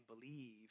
believe